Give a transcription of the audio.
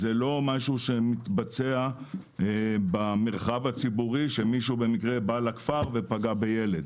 זה לא משהו שמתבצע במרחב הציבורי שמישהו במקרה בא לכפר ופגע בילד.